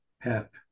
PEP